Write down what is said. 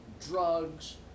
drugs